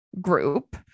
group